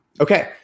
Okay